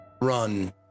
Run